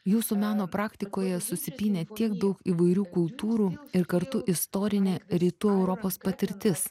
jūsų meno praktikoje susipynę tiek daug įvairių kultūrų ir kartu istorinė rytų europos patirtis